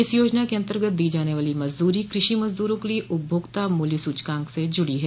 इस योजना के अंतर्गत दी जाने वाली मजदूरी कृषि मजदूरों के लिए उपभोक्ता मूल्य सूचकांक से जुड़ी है